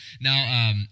Now